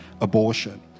abortion